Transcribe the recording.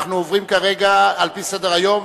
על-פי סדר-היום,